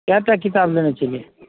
कयटा किताब लेने छलियै